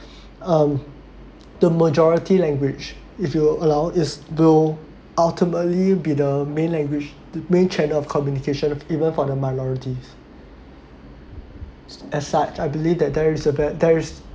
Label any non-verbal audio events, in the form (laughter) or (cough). (breath) um (noise) the majority language if you allow is though ultimately be the main language the main channel of communication have even for the minorities as such I believe that there is a bad there is